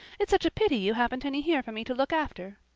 it's such a pity you haven't any here for me to look after.